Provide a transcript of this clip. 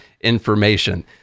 information